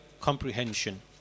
comprehension